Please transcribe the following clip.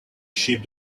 sheep